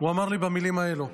הוא אמר לי במילים האלה: